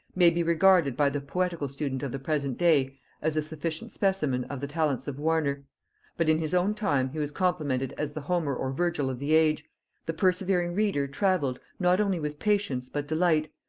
may be regarded by the poetical student of the present day as a sufficient specimen of the talents of warner but in his own time he was complimented as the homer or virgil of the age the persevering reader travelled, not only with patience but delight,